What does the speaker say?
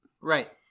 Right